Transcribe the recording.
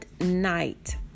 night